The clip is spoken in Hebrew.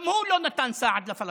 גם הוא לא נתן סעד לפלסטינים.